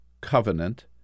covenant